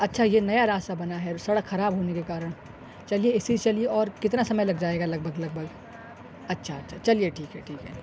اچھا یہ نیا راستہ بنا ہے سڑک خراب ہونے کے کارن چلیے اسی سے چلیے اور کتنا سمئے لگ جائے گا لگ بھگ لگ بھگ اچھا اچھا چلیے ٹھیک ہے ٹھیک ہے